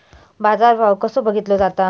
बाजार भाव कसो बघीतलो जाता?